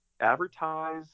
advertise